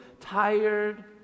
tired